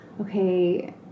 okay